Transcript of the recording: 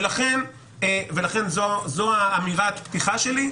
ולכן זאת אמירת הפתיחה שלי.